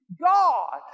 God